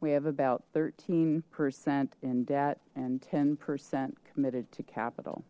we have about thirteen percent in debt and ten percent committed to capital